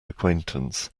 acquaintance